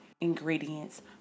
ingredients